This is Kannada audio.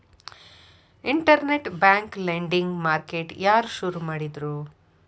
ಇನ್ಟರ್ನೆಟ್ ಬ್ಯಾಂಕ್ ಲೆಂಡಿಂಗ್ ಮಾರ್ಕೆಟ್ ಯಾರ್ ಶುರು ಮಾಡಿದ್ರು?